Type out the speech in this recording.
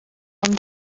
ond